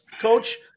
Coach